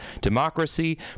democracy